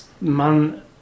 man